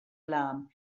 alarm